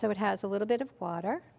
so it has a little bit of water